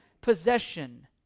possession